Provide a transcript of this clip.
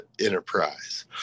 enterprise